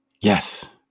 Yes